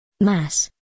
Mass